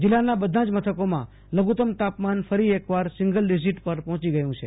જીલ્લાનાં બધા મથકોમાં લધુતમ તાપમાન ફરી એકવાર સિંગલ ડીઝીટ પર પફોચી ગયું છે